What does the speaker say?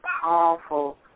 powerful